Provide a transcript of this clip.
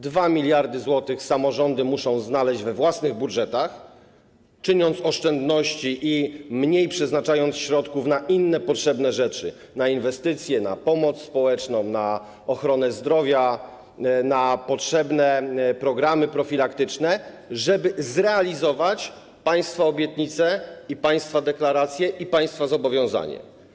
2 mld zł samorządy muszą znaleźć we własnych budżetach, czyniąc oszczędności i mniej przeznaczając środków na inne potrzebne rzeczy - na inwestycje, na pomoc społeczną, na ochronę zdrowia, na potrzebne programy profilaktyczne - żeby zrealizować państwa obietnice i państwa deklaracje, i państwa zobowiązanie.